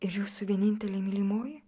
ir jūsų vienintelė mylimoji